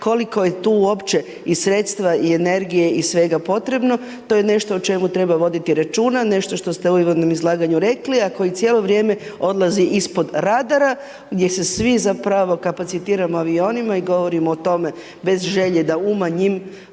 koliko je tu uopće i sredstva, i energije, i svega potrebno, to je nešto o čemu treba voditi računa, nešto što ste u uvodnom izlaganju rekli, a koji cijelo vrijeme odlazi ispod radara, gdje se svi zapravo kapacitiramo avionima i govorimo o tome bez želje da umanjim